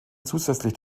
zusätzlich